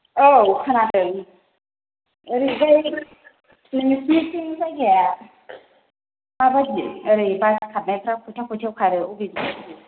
औ खोनादों ओरैजाय नोंसोरनिथिं जायगाया माबायदि ओरै बास खारनायफोरा खयथा खयथायाव खारो बबे बबेसिम